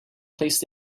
placed